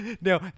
No